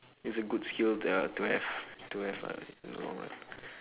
it's a good skill to uh to have to have uh you know right